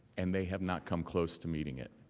and they have not come close to meeting it.